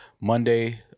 Monday